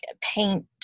paint